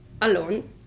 alone